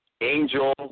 Angel